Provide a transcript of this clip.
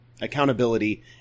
accountability